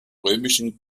römischen